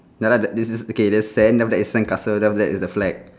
ya lah the this is okay the sand then after that is sandcastle then after that is the flag